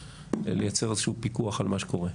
לייצר איזשהו פיקוח על מה שקורה,